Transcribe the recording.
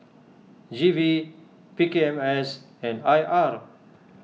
G V P K M S and I R